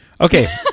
Okay